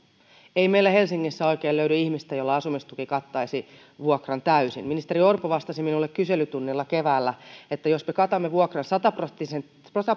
ei meillä helsingissä oikein löydy ihmistä jolla asumistuki kattaisi vuokran täysin ministeri orpo vastasi minulle kyselytunnilla keväällä että jos me katamme vuokran